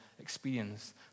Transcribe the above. experience